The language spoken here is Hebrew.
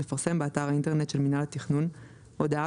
לפרסם באתר האינטרנט של מינהל התכנון הודעה